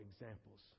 examples